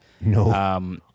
No